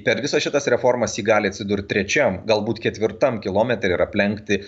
per visas šitas reformas ji gali atsidurt trečiam galbūt ketvirtam kilometre ir aplenkti